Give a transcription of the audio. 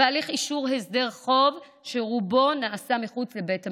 הליך אישור הסדר חוב, שרובו נעשה מחוץ לבית המשפט.